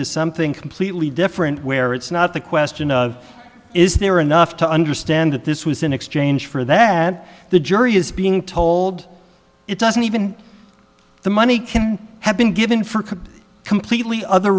with is something completely different where it's not the question of is there enough to understand that this was in exchange for that the jury is being told it doesn't even the money can have been given for could completely other